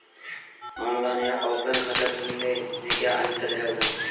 Online या offline खाता खोलने में क्या अंतर है बताएँ?